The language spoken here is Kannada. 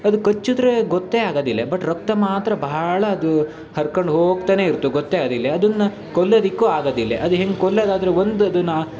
ಅದು ಕಚ್ಚಿದ್ರೆ ಗೊತ್ತೇ ಆಗದಿಲ್ಲ ಬಟ್ ರಕ್ತ ಮಾತ್ರ ಬಹಳ ಅದು ಹರ್ಕಂಡು ಹೋಗ್ತನೇ ಇರ್ತೆ ಗೊತ್ತೇ ಆಗದಿಲ್ಲ ಅದನ್ನು ಕೊಲ್ಲದಕ್ಕೂ ಆಗದಿಲ್ಲ ಅದು ಹೆಂಗೆ ಕೊಲ್ಲದಾದ್ರೂ ಒಂದು ಅದನ್ನು